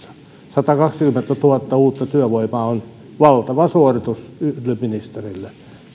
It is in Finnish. satakaksikymmentätuhatta henkeä uutta työvoimaa on valtava suoritus yhdelle ministerille